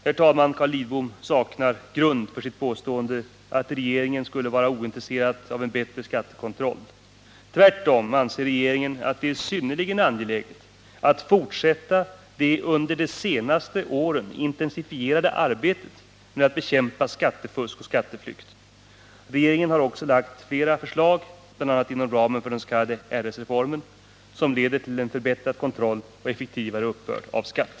Herr talman! Carl Lidbom saknar grund för sitt påstående att regeringen skulle vara ointresserad av en bättre skattekontroll. Tvärtom anser regeringen att det är synnerligen angeläget att fortsätta det under de senaste åren intensifierade arbetet med att bekämpa skattefusk och skatteflykt. Regeringen har också lagt fram flera förslag — bl.a. inom ramen för den s.k. RS-reformen — som leder till förbättrad kontroll och effektivare uppbörd av skatt.